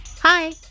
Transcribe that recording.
Hi